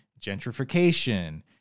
gentrification